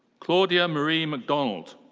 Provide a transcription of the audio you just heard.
claudia marie mcdonnell.